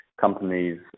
companies